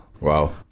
Wow